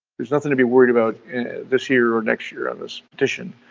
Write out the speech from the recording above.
there's nothing to be worried about this year or next year on this petition.